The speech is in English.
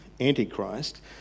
Antichrist